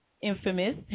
infamous